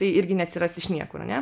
tai irgi neatsiras iš niekur arne